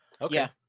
Okay